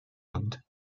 und